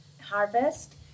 harvest